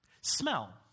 smell